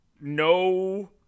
no